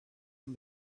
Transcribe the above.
and